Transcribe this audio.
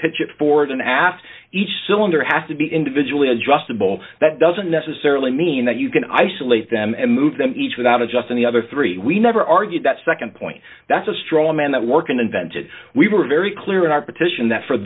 after each cylinder has to be individually adjustable that doesn't necessarily mean that you can isolate them and move them each without adjusting the other three we never argued that nd point that's a straw man that work in invented we were very clear in our petition that for